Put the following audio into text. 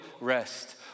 rest